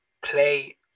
play